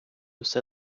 все